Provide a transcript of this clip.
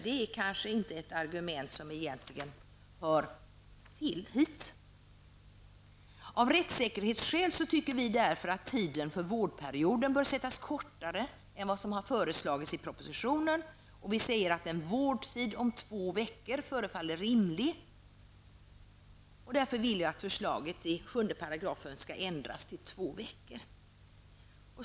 Det är ett argument som inte hör hit. Av rättssäkerhetsskäl bör tiden för vårdperioden sättas kortare än vad som föreslagits i propositionen. En vårdperiod om två veckor förefaller rimlig. Detta innebär att förslaget i 7 § bör ändras till två veckor.